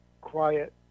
quiet